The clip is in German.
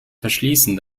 verschließen